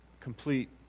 complete